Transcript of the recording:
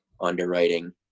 underwriting